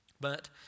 But